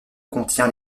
contient